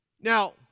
Now